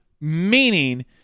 meaning –